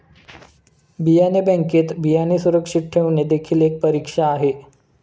बियाणे बँकेत बियाणे सुरक्षित ठेवणे देखील एक परीक्षा आहे